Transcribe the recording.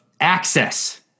access